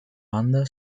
banda